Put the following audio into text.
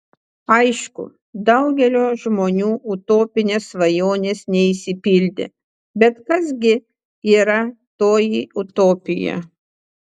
aišku daugelio žmonių utopinės svajonės neišsipildė bet kas gi yra toji utopija